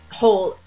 whole